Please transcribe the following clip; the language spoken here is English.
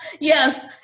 yes